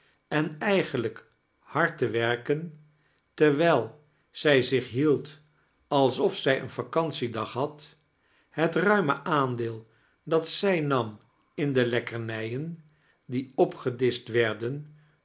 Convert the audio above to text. en eigenlijk hard te werken tea-wijl zij zich hield alsof zij een vacantiedag had het ruime aandeel dat zij nam in de lekkernijen die opgedischt werden